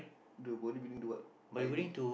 the bodybuilding do what I D